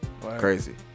Crazy